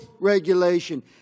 regulation